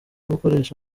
gukoresha